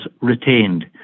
retained